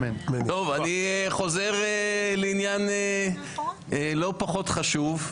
אני חוזר לעניין לא פחות חשוב,